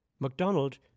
MacDonald